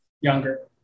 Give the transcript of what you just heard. younger